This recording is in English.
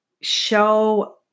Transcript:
show